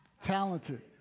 talented